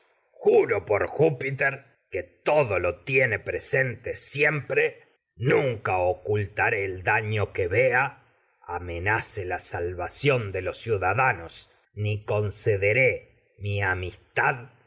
juro por júpiter el todo que pre siempre nunca ocultaré daño vea amena ce la salvación de los ciudadanos ni concederé enemigo de la mi amis